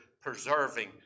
preserving